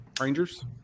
Rangers